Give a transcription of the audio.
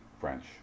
French